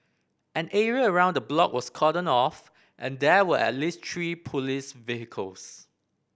an area around the block was cordoned off and there were at least three police vehicles